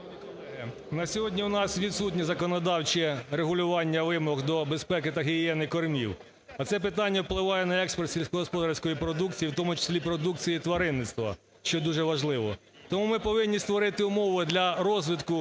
На сьогодні у нас відсутнє законодавче регулювання вимог до безпеки та гігієни кормів. А це питання впливає на експорт сільськогосподарської продукції, в тому числі продукції тваринництва, що дуже важливо. Тому ми повинні створити умови для розвитку